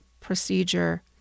procedure